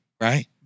Right